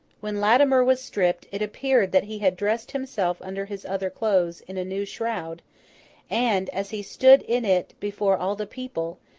when latimer was stripped, it appeared that he had dressed himself under his other clothes, in a new shroud and, as he stood in it before all the people,